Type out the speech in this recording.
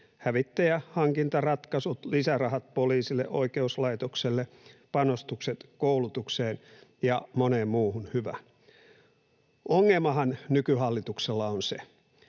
hävittäjähankintaratkaisut, lisärahat poliisille, oikeuslaitokselle, panostukset koulutukseen ja moneen muuhun hyvään. Ongelmahan nykyhallituksella on se,